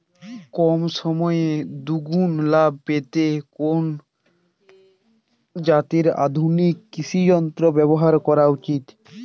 কম সময়ে দুগুন লাভ পেতে কোন জাতীয় আধুনিক কৃষি যন্ত্র ব্যবহার করা উচিৎ?